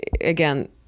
again